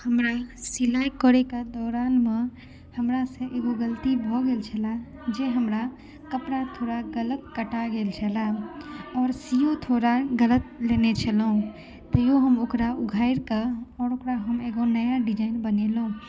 हमरा सिलाइ करै के दौरानमे हमरासँ एगो गलती भऽ गेल छले जे हमरा कपड़ा थोड़ा गलत कटा गेल छले आओर सीयो थोड़ा गलत लेने छलहुँ तैयो हम ओकरा उघारि कऽ आओर ओकरा हम एगो नया डिजाइन बनेलहुँ